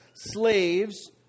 slaves